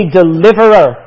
deliverer